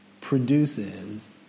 produces